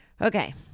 Okay